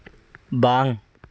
ᱵᱟᱝ